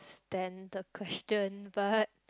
stand the question but